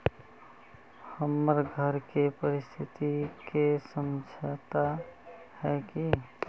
हमर घर के परिस्थिति के समझता है की?